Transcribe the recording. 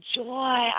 joy